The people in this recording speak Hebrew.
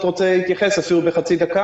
להתייחס, אפילו לחצי דקה.